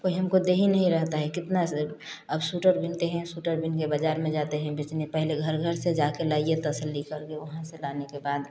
हमको दे ही नहीं रहता है कितना अब स्वेटर बुनते हैं स्वेटर बन के बाजार में जाते हैं बेचने पहले घर घर से जाकर लाइए तसल्ली करके वहाँ से लाने के बाद